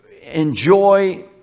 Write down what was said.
enjoy